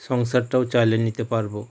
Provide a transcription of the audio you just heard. সংসারটাও চালিয়ে নিতে পারবো